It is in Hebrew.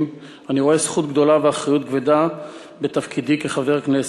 אני רואה זכות גדולה ואחריות כבדה בתפקידי כחבר כנסת,